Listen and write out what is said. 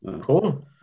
cool